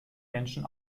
menschen